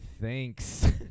Thanks